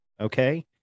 Okay